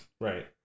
Right